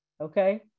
Okay